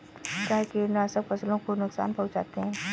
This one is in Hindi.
क्या कीटनाशक फसलों को नुकसान पहुँचाते हैं?